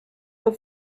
the